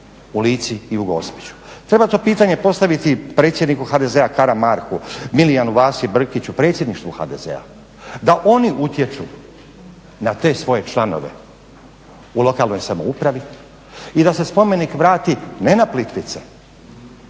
u Lici i u Gospiću. Treba to pitanje postaviti predsjedniku HDZ-a, Karamarku, …, Brkiću, predsjedništvu HDZ-a, da oni utječu na te svoje članove u lokalnoj samoupravi i da se spomenik vrati ne sa Plitvice,